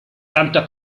tanta